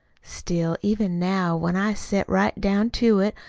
still, even now, when i set right down to it,